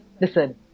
listen